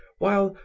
while,